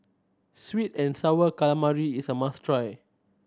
sweet and Sour Calamari is a must try